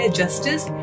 justice